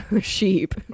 sheep